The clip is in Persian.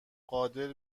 قادر